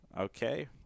Okay